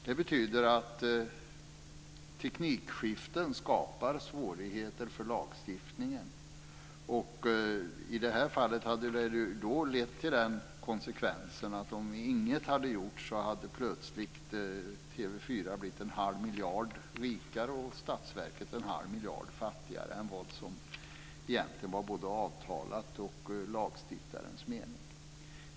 Det betyder att teknikskiften skapar svårigheter för lagstiftningen. I det här fallet hade det väl då fått konsekvensen att om inget hade gjorts skulle TV 4 plötsligt ha blivit en halv miljard rikare och Statsverket en halv miljard fattigare än som egentligen var både avtalat och lagstiftarens mening.